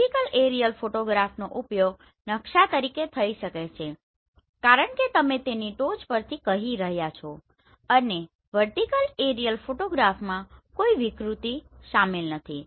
vertical aerial ફોટોગ્રાફનો ઉપયોગ નકશા તરીકે થઈ શકે છે કારણ કે તમે તેની ટોચ પરથી કહી રહ્યા છો અને વર્ટીકલ એરિઅલ ફોટોગ્રાફમાં કોઈ વિકૃતિ શામેલ નથી